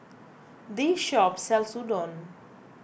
this shop sells Udon